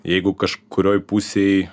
jeigu kažkurioj pusėj